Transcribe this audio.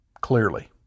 clearly